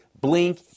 Blink